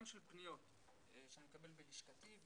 גם של פניות שאני מקבל בלשכתי,